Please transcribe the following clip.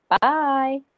Bye